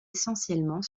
essentiellement